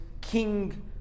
king